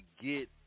get